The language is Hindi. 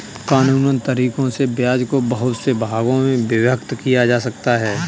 कानूनन तरीकों से ब्याज को बहुत से भागों में विभक्त किया जा सकता है